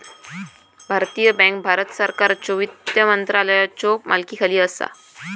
भारतीय बँक भारत सरकारच्यो वित्त मंत्रालयाच्यो मालकीखाली असा